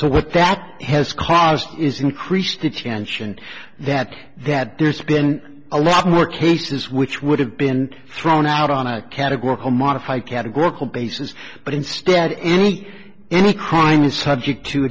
so what that has caused is increased attention that that there's been a lot more cases which would have been thrown out on a categorical modify categorical basis but instead any any crime is subject to